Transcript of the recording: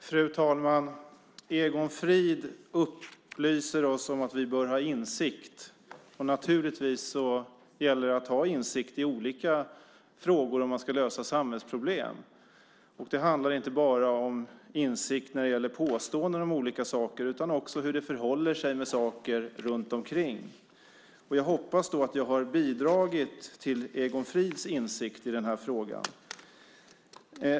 Fru talman! Egon Frid upplyser oss om att vi bör ha insikt. Det gäller naturligtvis att ha insikt i olika frågor om man ska lösa samhällsproblem. Det handlar inte bara om insikt när det gäller påståenden om olika saker utan också hur det förhåller sig runt omkring. Jag hoppas att jag har bidragit till Egon Frids insikt i den här frågan.